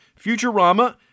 Futurama